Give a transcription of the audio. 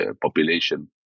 population